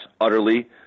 utterly